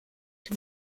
dir